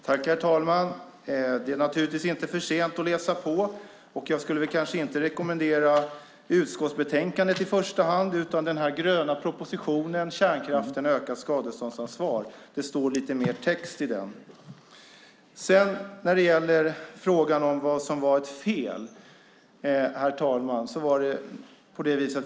Herr talman! Det är naturligtvis inte för sent att läsa på. Jag skulle kanske inte rekommendera utskottsbetänkandet i första hand utan den här gröna propositionen Kärnkraften - ökat skadeståndsansvar . Det står lite mer text i den. Herr talman! Sedan var det fråga om vad som var fel.